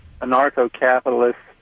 anarcho-capitalists